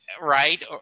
Right